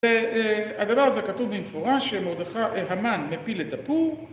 והדבר הזה כתוב במפורש שמורדכי, אה, המן מפיל את הפור